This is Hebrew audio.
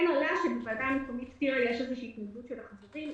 עלה גם שבוועדה המקומית טירה יש איזו התנגדות של החברים,